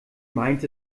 meint